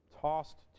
Tossed